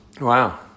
Wow